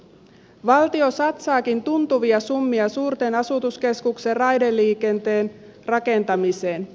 valtio satsaakin tuntuvia summia suurten asutuskeskusten raideliikenteen rakentamiseen